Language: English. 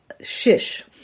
shish